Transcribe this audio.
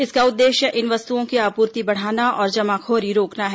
इसका उद्देश्य इन वस्तुओं की आपूर्ति बढाना और जमाखोरी रोकना है